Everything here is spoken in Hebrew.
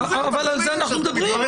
אבל על זה אנחנו מדברים.